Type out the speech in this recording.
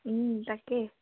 তাকে